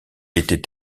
était